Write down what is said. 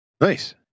Nice